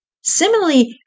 Similarly